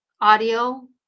audio